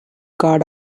guard